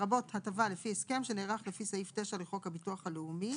הטבה לפי הסכם שנערך לפי סעיף 9 לחוק הביטוח הלאומי.